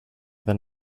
than